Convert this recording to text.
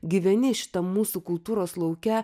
gyveni šitam mūsų kultūros lauke